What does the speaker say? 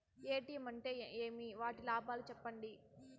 ATM అంటే ఏమి? వాటి లాభాలు సెప్పండి